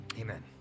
Amen